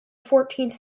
fourteenth